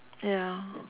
ya